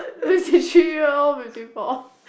fifty three year or fifty four